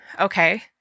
okay